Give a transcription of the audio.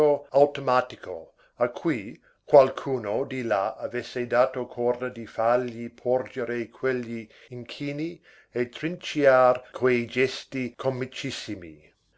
automatico a cui qualcuno di là avesse dato corda per fargli porgere quegli inchini e trinciar quei gesti comicissimi